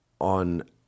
on